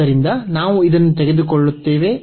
ಆದ್ದರಿಂದ ನಾವು ಇದನ್ನು ತೆಗೆದುಕೊಳ್ಳುತ್ತೇವೆ